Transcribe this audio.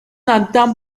entend